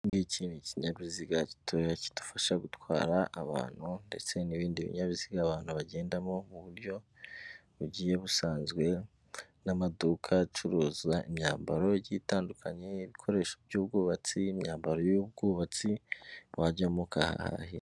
Iki ngiki ni ikinyabiziga gitoya kidufasha gutwara abantu, ndetse n'ibindi binyabiziga abantu bagendamo mu buryo bugiye busanzwe, n'amaduka acuruza imyambaro igiye itandukanye, ibikoresho by'ubwubatsi, imyambaro y'ubwubatsi, wajyamo ukahahahira.